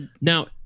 Now